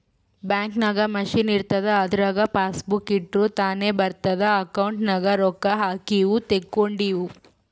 bank ನಾಗ್ machine ಇರ್ತುದ್ ಅದುರಾಗ್ ಪಾಸಬುಕ್ ಇಟ್ಟುರ್ ತಾನೇ ಬರಿತುದ್ ಅಕೌಂಟ್ ನಾಗ್ ರೊಕ್ಕಾ ಹಾಕಿವು ತೇಕೊಂಡಿವು